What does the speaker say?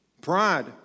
Pride